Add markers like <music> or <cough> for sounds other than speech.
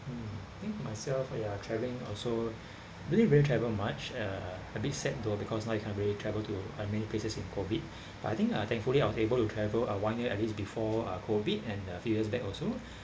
mm think myself ya travelling also <breath> didn't really travel much uh a bit sad though because I can't really travel to I mean places in COVID <breath> but I think uh thankfully I was able to travel uh one year at least before uh COVID and uh few years back also